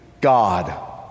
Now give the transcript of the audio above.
God